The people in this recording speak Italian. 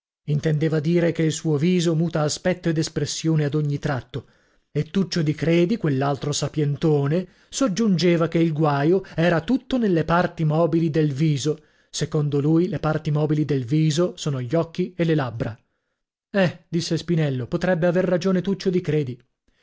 intendeva dire che il suo viso muta aspetto ed espressione ad ogni tratto e tuccio di credi quell'altro sapientone soggiungeva che il guaio era tutto nelle parti mobili del viso secondo lui le parti mobili del viso sono gli occhi e le labbra eh disse spinello potrebbe aver ragione tuccio di credi